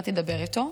התחלתי לדבר איתו,